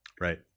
Right